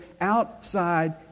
outside